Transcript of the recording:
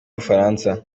bufaransa